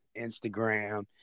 Instagram